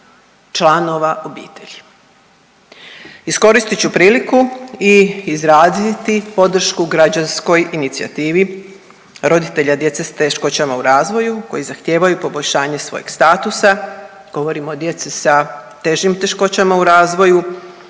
članova obitelji. Iskoristit ću priliku i izraziti podršku građanskoj inicijativi roditelja djece s teškoćama u razvoju koji zahtijevaju poboljšanje svojeg statusa, govorim o djeci sa težim teškoćama u razvoju,